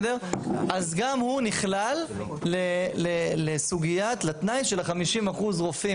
אז גם הוא נכלל לתנאי של ה-50% רופאים